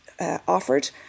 offered